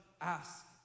ask